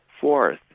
Fourth